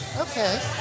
okay